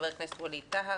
חבר הכנסת ווליד טאהא,